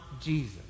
Jesus